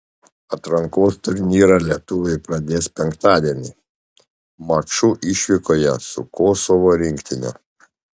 atrankos turnyrą lietuviai pradės penktadienį maču išvykoje su kosovo rinktine